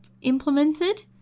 implemented